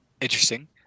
Interesting